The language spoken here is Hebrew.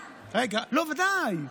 ודאי,